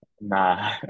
Nah